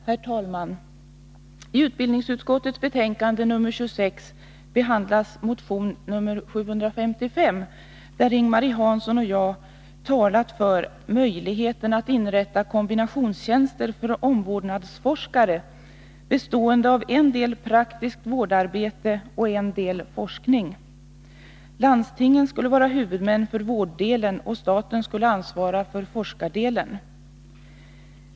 Herr talman! I utbildningsutskottets betänkande 26 behandlas motion nr 755 där Ing-Marie Hansson och jag talat för möjligheten att inrätta kombinationstjänster för omvårdnadsforskare, bestående av en del praktiskt vårdarbete och en del forskning. Landstingen skulle vara huvudmän för vårddelen, och staten skulle ansvara för forskardelen.